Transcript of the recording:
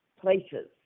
places